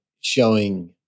showing